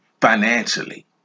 financially